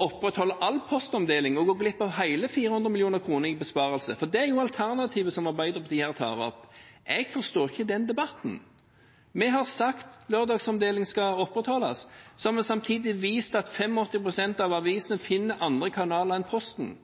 opprettholde all postomdeling og gå glipp av hele 400 mill. kr i besparelse, for det er alternativet som Arbeiderpartiet her tar opp. Jeg forstår ikke den debatten. Vi har sagt at lørdagsomdelingen skal opprettholdes. Så har vi samtidig vist at 85 pst. av avisene finner andre kanaler enn Posten,